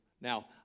Now